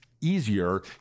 easier